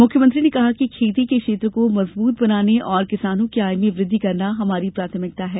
मुख्यमंत्री ने कहा कि खेती के क्षेत्र को मजबूत बनाने और किसानों की आय में वृद्धि करना हमारी प्राथमिकता में है